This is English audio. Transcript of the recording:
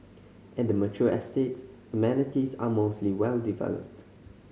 at the mature estates amenities are mostly well developed